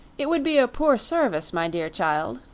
it would be a poor service, my dear child,